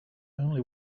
only